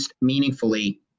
meaningfully